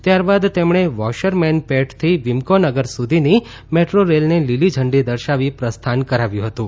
ત્યારબાદ તેમણે વૌશરમેનપેટથી વિમકોનગર સુધીની મેટ્રો રેલને લીલી ઝંડી દર્શાવી પ્રસ્થાન કરાવ્યું હતું